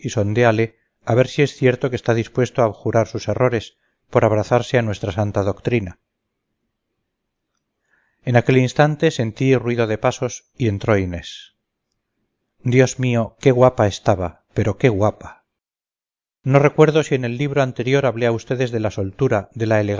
a ver si es cierto que está dispuesto a abjurar sus errores por abrazarse a nuestra santa doctrina en aquel instante sentí ruido de pasos y entró inés dios mío qué guapa estaba pero qué guapa no recuerdo si en el libro anterior hablé a ustedes de la soltura de la